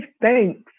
thanks